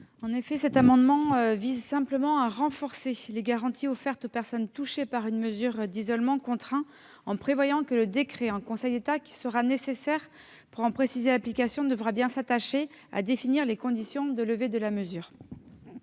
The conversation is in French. d'État. Cet amendement vise à renforcer les garanties offertes aux personnes touchées par une mesure d'isolement contraint en prévoyant que le décret en Conseil d'État qui sera nécessaire pour en préciser l'application devra bien s'attacher à définir les conditions de levée de la mesure.